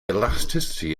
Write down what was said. elasticity